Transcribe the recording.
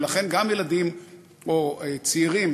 ולכן גם ילדים או צעירים